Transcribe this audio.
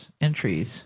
entries